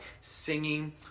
singing